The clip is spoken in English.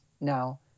now